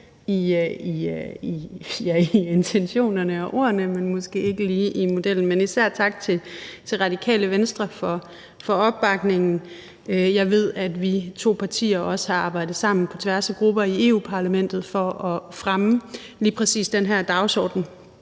i intentionerne og ordene, men måske ikke lige i modellen. Men især tak til Radikale Venstre for opbakningen. Jeg ved, at vores to partier også har arbejdet sammen på tværs af grupper i Europa-Parlamentet for at fremme lige præcis den her dagsorden.